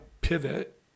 pivot